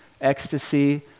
ecstasy